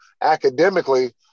academically